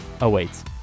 awaits